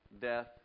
death